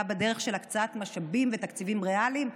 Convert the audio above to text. בדרך של הקצאת משאבים ותקציבים ריאליים,